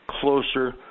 closer